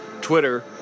Twitter